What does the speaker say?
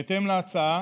בהתאם להצעה